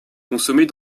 consommées